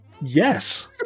Yes